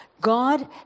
God